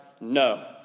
no